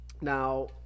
now